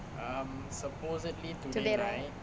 today right